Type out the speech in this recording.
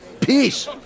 Peace